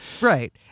Right